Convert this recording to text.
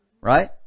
Right